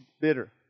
bitter